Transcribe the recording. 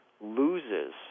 loses